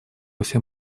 всем